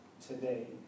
today